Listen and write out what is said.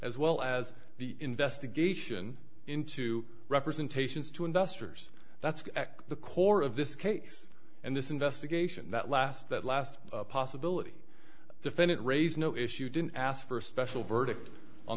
as well as the investigation into representations to investors that's the core of this case and this investigation that last that last possibility defendant raise no issue didn't ask for a special verdict on